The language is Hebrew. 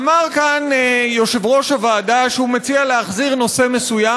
אמר כאן יושב-ראש הוועדה שהוא מציע להחזיר נושא מסוים,